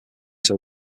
him